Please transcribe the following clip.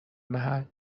محل